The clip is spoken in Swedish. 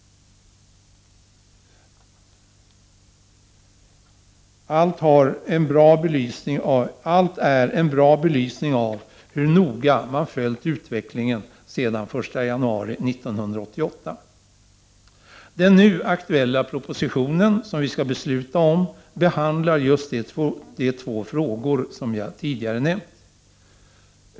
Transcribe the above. Allt är en bra belysning av hur noga man följt utvecklingen sedan den 1 januari 1988. Den nu aktuella propositionen, som vi skall besluta om, behandlar just de två frågor som jag tidigare nämnt.